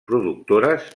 productores